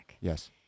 Yes